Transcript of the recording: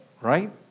right